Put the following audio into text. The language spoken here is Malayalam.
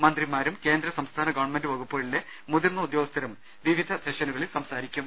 മന്ത്രിമാരും കേന്ദ്ര സംസ്ഥാന ഗവൺമെന്റ് വകുപ്പുകളിലെ മുതിർന്ന ഉദ്യോഗസ്ഥരും വിവിധ സെഷനുകളിൽ സംസാരിക്കും